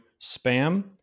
spam